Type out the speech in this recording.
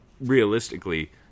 Realistically